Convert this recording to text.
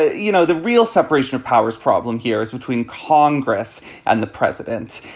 you know, the real separation of powers problem here is between congress and the president.